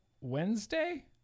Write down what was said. Wednesday